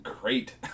Great